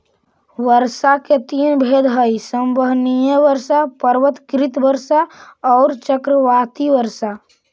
वर्षा के तीन भेद हई संवहनीय वर्षा, पर्वतकृत वर्षा औउर चक्रवाती वर्षा